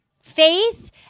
Faith